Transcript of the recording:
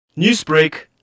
Newsbreak